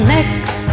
Next